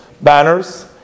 banners